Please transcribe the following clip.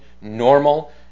normal